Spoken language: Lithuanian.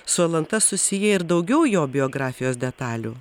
su alanta susiję ir daugiau jo biografijos detalių